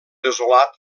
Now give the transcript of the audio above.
desolat